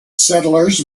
settlers